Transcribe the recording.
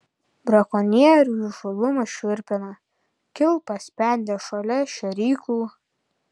brakonierių įžūlumas šiurpina kilpas spendė šalia šėryklų